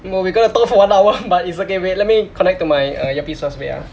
!whoa! we're gonna talk for one hour but it's okay wait let me connect to my uh earpiece first wait ah